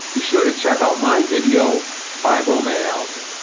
be sure to check out my video fibromyalgia.